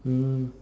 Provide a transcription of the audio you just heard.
mm